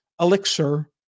elixir